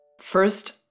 First